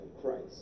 Christ